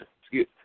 excuse